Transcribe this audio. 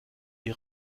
die